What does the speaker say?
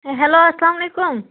hello اَسَلامَ علیکُم